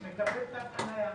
נכות, מקבל תו חנייה.